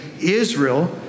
Israel